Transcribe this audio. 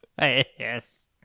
Yes